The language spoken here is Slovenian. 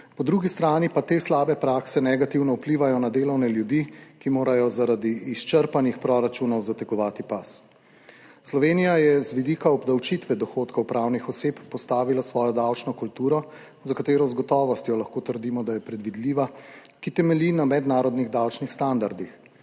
Po drugi strani pa te slabe prakse negativno vplivajo na delovne ljudi, ki morajo zaradi izčrpanih proračunov zategovati pas. Slovenija je z vidika obdavčitve dohodkov pravnih oseb postavila svojo davčno kulturo, za katero z gotovostjo lahko trdimo, da je predvidljiva, ki temelji na mednarodnih davčnih standardih.